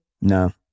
No